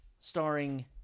starring